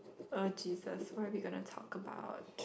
uh Jesus what are we gonna talk about